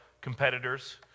competitors